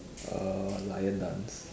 uh lion dance